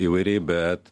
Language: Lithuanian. įvairiai bet